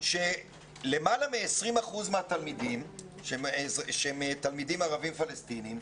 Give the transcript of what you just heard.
שלמעלה מ-20 אחוזים מהתלמידים שהם תלמידים ערבים פלסטינים,